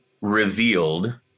revealed